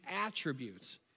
attributes